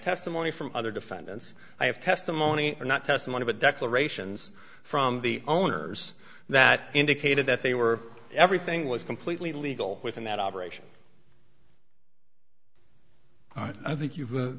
testimony from other defendants i have testimony not testimony but declarations from the owners that indicated that they were everything was completely legal within that operation i think you've